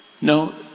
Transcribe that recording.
No